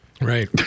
Right